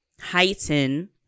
heighten